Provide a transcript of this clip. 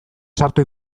txarto